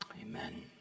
amen